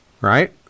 right